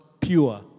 pure